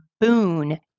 boon